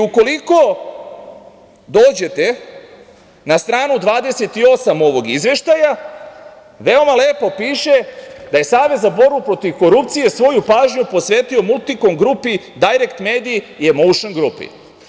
Ukoliko dođete na stranu 28. ovog Izveštaja, veoma lepo piše da je Savez za borbu protiv korupcije svoju pažnju posvetio „Multikom grupi“ i „Dajrekt mediji“ i Emoušn grupi“